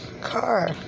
car